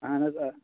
اَہَن حظ آ